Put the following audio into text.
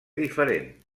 diferent